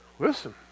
Listen